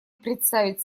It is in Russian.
представить